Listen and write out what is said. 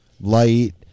light